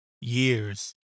years